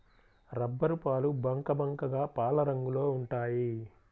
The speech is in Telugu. రబ్బరుపాలు బంకబంకగా పాలరంగులో ఉంటాయి